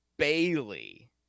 Bailey